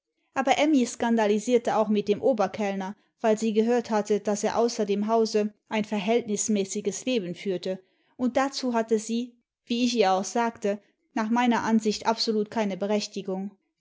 aber emmy skandalisierte auch mit dem oberkellner weil sie gehört hatte daß er außer dem hause ein verhältnismäßiges leben führt und dazu hatte sie wie ich ihr auch sagte nach meiner ansicht absolut keine berechtigung